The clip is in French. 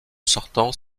sortant